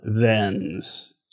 thens